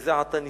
שזה עתה נישאה,